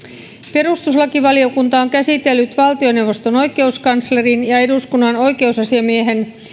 perustuslakivaliokunta on käsitellyt valtioneuvoston oikeuskanslerin ja eduskunnan oikeusasiamiehen